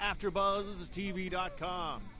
AfterBuzzTV.com